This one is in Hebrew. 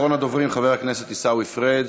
אחרון הדוברים, חבר הכנסת עיסאווי פריג'.